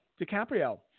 DiCaprio